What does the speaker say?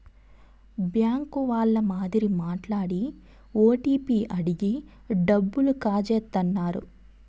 bank వాళ్ళ మాదిరి మాట్లాడి ఓటీపీ అడిగి డబ్బులు కాజేత్తన్నారు